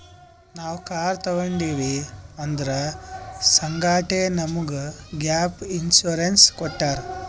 ನಾವ್ ಕಾರ್ ತೊಂಡಿವ್ ಅದುರ್ ಸಂಗಾಟೆ ನಮುಗ್ ಗ್ಯಾಪ್ ಇನ್ಸೂರೆನ್ಸ್ ಕೊಟ್ಟಾರ್